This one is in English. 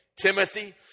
Timothy